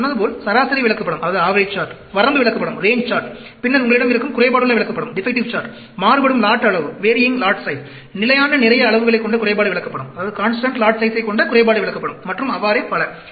நான் சொன்னது போல் சராசரி விளக்கப்படம் வரம்பு விளக்கப்படம் பின்னர் உங்களிடம் இருக்கும் குறைபாடுள்ள விளக்கப்படம் மாறுபடும் லாட் அளவு நிலையான நிறைய அளவுகளைக் கொண்ட குறைபாடு விளக்கப்படம் மற்றும் அவ்வாறே பல